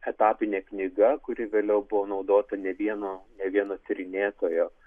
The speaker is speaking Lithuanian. etapinė knyga kuri vėliau buvo naudota ne vieno ne vieno tyrinėtojo